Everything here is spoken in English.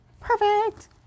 perfect